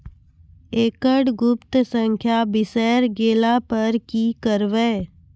एकरऽ गुप्त संख्या बिसैर गेला पर की करवै?